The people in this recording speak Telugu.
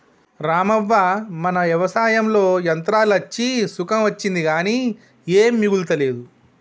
రామవ్వ మన వ్యవసాయంలో యంత్రాలు అచ్చి సుఖం అచ్చింది కానీ ఏమీ మిగులతలేదు